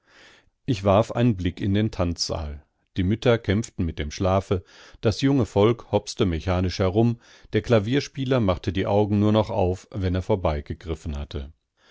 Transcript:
ich warf einen blick in den tanzsaal die mütter kämpften mit dem schlafe das junge volk hopste mechanisch herum der klavierspieler machte die augen nur noch auf wenn er vorbeigegriffen hatte